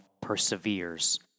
perseveres